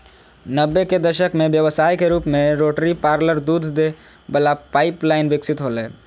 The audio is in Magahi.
नब्बे के दशक में व्यवसाय के रूप में रोटरी पार्लर दूध दे वला पाइप लाइन विकसित होलय